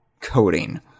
coding